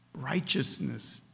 Righteousness